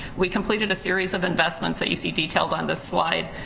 we completed a series of investments that you see detailed on this slide,